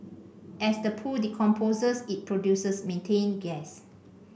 as the poo decomposes it produces methane gas